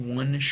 one